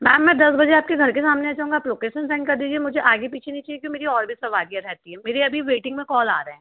ma'am मैं दस बजे आपके घर के सामने आ जाऊँगा आप लोकेसन सेन्ड कर दीजिए मुझे आगे पीछे नहीं चाहिए क्यों मेरी और भी सवारियाँ रहती है मेरी अभी वेटिंग में कॉल आ रहें